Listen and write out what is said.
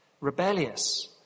Rebellious